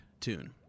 tune